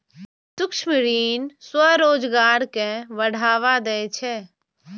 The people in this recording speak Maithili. सूक्ष्म ऋण स्वरोजगार कें बढ़ावा दै छै